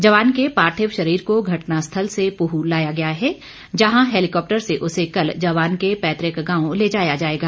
जवान के पार्थिव शरीर को घटनास्थल से पूह लाया गया है जहां हैलीकाप्टर से उसे कल जवान के पैतृक गांव ले जाया जाएगा